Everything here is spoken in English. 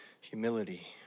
humility